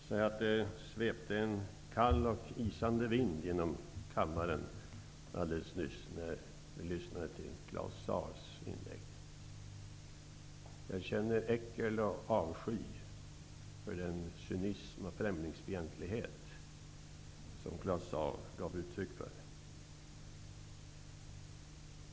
Herr talman! Alldeles nyss svepte en kall och isande vind genom kammaren, när jag lyssnade till Claus Zaars inlägg. Jag känner äckel och avsky för den cynism och främlingsfientlighet som Claus Zaar gav uttryck för.